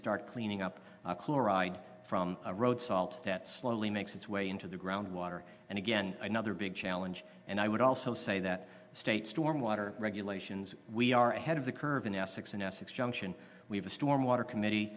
start cleaning up chloride from a road salt that slowly makes its way into the groundwater and again another big challenge and i would also say that state stormwater regulations we are ahead of the curve in essex in essex junction we have a storm water committee